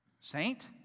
Saint